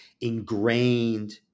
ingrained